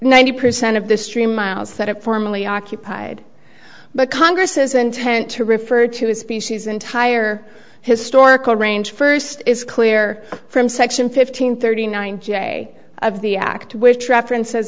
ninety percent of the stream miles that it formerly occupied but congress is intent to refer to a species entire historical range first is clear from section fifteen thirty nine j of the act which references